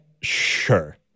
Sure